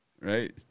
Right